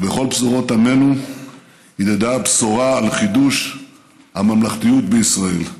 ובכל פזורות עמנו הדהדה הבשורה על חידוש הממלכתיות בישראל.